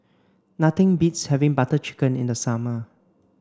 nothing beats having Butter Chicken in the summer